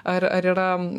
ar ar yra